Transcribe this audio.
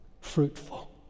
fruitful